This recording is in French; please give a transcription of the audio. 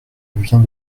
vient